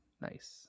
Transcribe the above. Nice